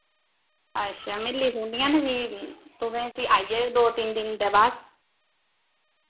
अच्छा मैं लिखुनियां ना फ्ही तुसैं फ्ही आइयै दो तिन दिन दे बाद